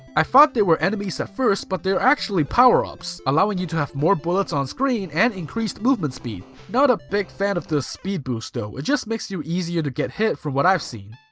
i thought they were enemies at first, but they're actually power-ups, allowing you to have more bullets on-screen and increased movement speed. not a big fan of the speed boost though, it just makes you easier to get hit from what i've seen.